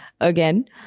again